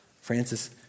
Francis